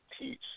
teach